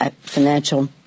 financial